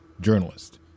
journalist